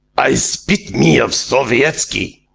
i spit me of sovietski!